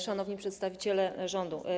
Szanowni Przedstawiciele Rządu!